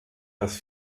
das